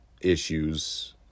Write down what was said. issues